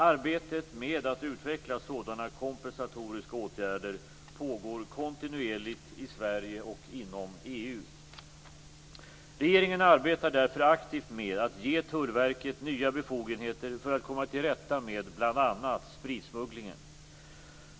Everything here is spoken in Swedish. Arbetet med att utveckla sådana kompensatoriska åtgärder pågår kontinuerligt i Sverige och inom EU. Regeringen arbetar därför aktivt med att ge Tullverket nya befogenheter för att komma till rätta med bl.a. spritsmugglingen.